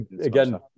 again